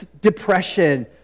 depression